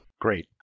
Great